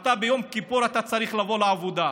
ביום כיפור אתה צריך לבוא לעבודה,